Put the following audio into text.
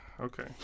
Okay